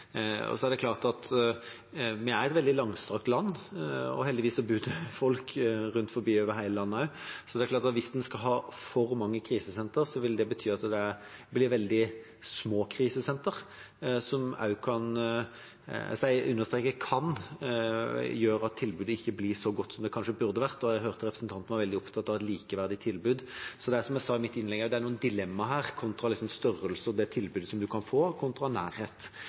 Vi har et veldig langstrakt land, og heldigvis bor det folk rundt omkring over hele landet, så det er klart at hvis en skal ha for mange krisesenter, vil det bety at det blir veldig små krisesenter. Det kan – jeg understreker «kan» – gjøre at tilbudet ikke blir så godt som det kanskje burde vært, og jeg hørte at representanten var veldig opptatt av et likeverdig tilbud. Som jeg også sa i mitt innlegg, er det noen dilemmaer her med størrelsen og det tilbudet man kan få, kontra nærhet,